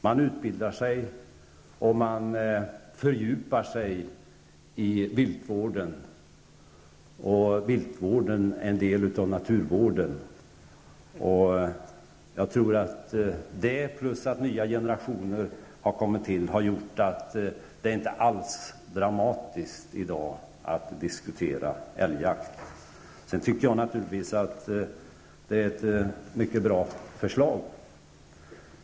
Man utbildar sig och man fördjupar sig i viltvården. Viltvården är en del av naturvården. Jag tror att detta, plus att nya generationer har kommit till, har gjort att det inte alls är dramatiskt att diskutera älgjakt i dag. Sedan tycker jag naturligtvis att det är ett mycket bra förslag.